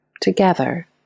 together